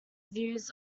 views